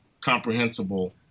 comprehensible